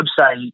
website